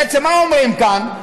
בעצם מה אומרים כאן?